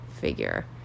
figure